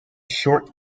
short